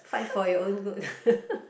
fight for your own good